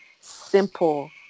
simple